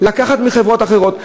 לקחת מחברות אחרות?